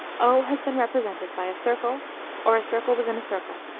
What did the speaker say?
o has been represented by a circle or a circle within a circle.